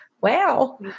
Wow